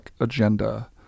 agenda